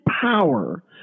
power